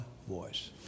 voice